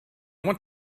want